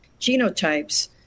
genotypes